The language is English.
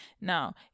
now